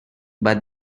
but